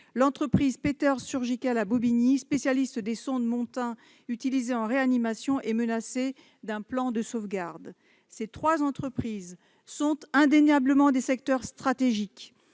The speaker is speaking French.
l'entreprise Péters Surgical à Bobigny, conceptrice des sondes de Montin utilisées en réanimation est menacée d'un plan de sauvegarde de l'emploi. Ces trois entreprises sont indéniablement des secteurs stratégiques,